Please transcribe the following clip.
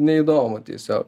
neįdomu tiesio